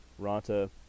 Ranta